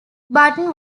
button